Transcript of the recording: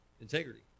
Integrity